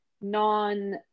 non